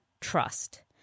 trust